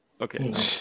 okay